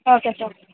okay sir